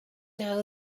know